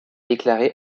déclaré